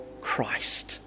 Christ